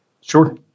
Sure